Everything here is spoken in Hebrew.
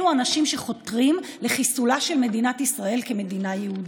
אלה אנשים שחותרים לחיסולה של מדינת ישראל כמדינה יהודית.